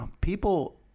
people